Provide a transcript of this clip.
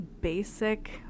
basic